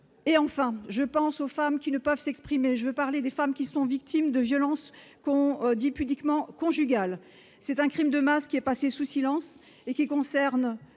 et, enfin, je pense aux femmes qui ne peuvent s'exprimer, je veux parler des femmes qui sont victimes de violences qu'on dit pudiquement conjugale, c'est un Crime de masse qui est passé sous silence et qui concerne